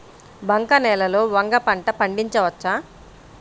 బంక నేలలో వంగ పంట పండించవచ్చా?